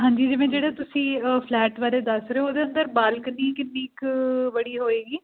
ਹਾਂਜੀ ਜਿਵੇਂ ਜਿਹੜਾ ਤੁਸੀਂ ਫਲੈਟ ਬਾਰੇ ਦੱਸ ਰਹੇ ਹੋ ਉਹਦੇ ਅੰਦਰ ਬਾਲਕਨੀ ਕਿੰਨੀ ਕੁ ਬੜੀ ਹੋਵੇਗੀ